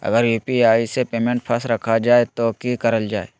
अगर यू.पी.आई से पेमेंट फस रखा जाए तो की करल जाए?